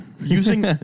Using